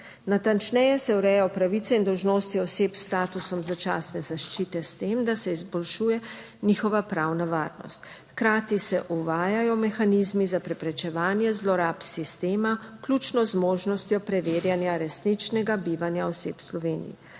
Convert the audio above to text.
Natančneje se ureja pravice in dolžnosti oseb s statusom začasne zaščite, s tem, da se izboljšuje njihova pravna varnost. Hkrati se uvajajo mehanizmi za preprečevanje zlorab sistema, vključno z možnostjo preverjanja resničnega bivanja oseb v Sloveniji.